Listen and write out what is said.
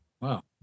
Wow